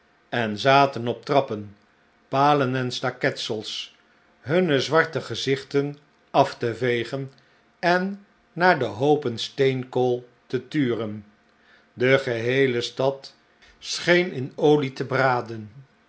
en zaten op trappen palen en staketsels hunne zwarte gezichten af te vegen en naar de hoopen steenkool te turen de geheele stad scheen in olie te braden